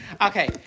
Okay